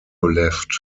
left